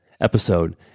episode